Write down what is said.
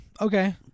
Okay